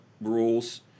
rules